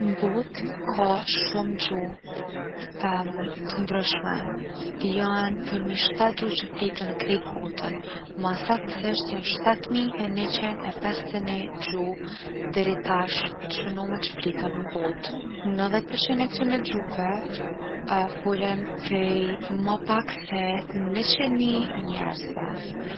N’botë ka shumë gjuhë t’ndryshme. Jon përmi 7 gjuhë që fliten n’krejt botën, ma saktsisht jon 7 mijë e 100 e 51 gjuhë deri tash t’shënume që fliten n’botë. 90% e ktyne gjuhëve folen prej ma pak se 100 mijë njerzve.